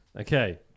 okay